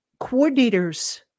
coordinators